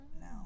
now